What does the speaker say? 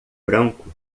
branco